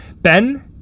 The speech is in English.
Ben